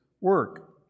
work